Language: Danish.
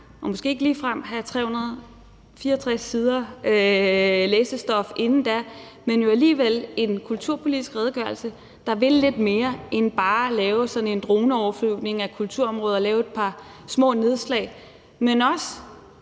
og måske ikke ligefrem have 364 siders læsestof inden da, men jo alligevel en kulturpolitisk redegørelse, der vil lidt mere end bare lave sådan en droneoverflyvning af kulturområdet og lave et par små nedslag, men også